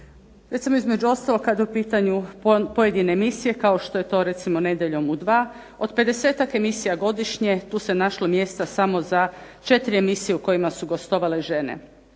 Recimo između ostalog kada su u pitanju pojedine emisije kao što je to recimo "Nedjeljom u 2", od 50-tak emisija godišnje tu se našlo mjesta samo za 4 emisije u kojima su gostovale žene.